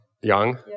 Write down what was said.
young